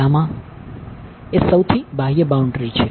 બરાબર છે એ સૌથી બાહ્ય બાઉન્ડ્રી છે